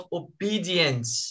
obedience